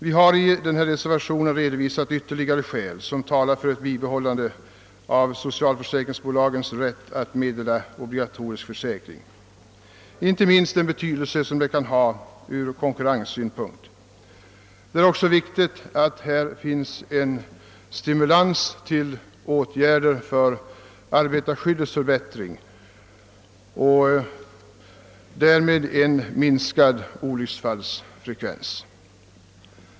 Vi har i denna reservation redovisat ytterligare skäl som talar för ett bibehållande av socialförsäkringsbolagens rätt att meddela obligatorisk försäkring, inte minst vilken betydelse den kan ha ur konkurrenssynpunkt. Det är också viktigt att det häri ligger en stimulans till åtgärder för förbättring av arbetarskyddet och därmed följande minskad olycksfallsfrekvens.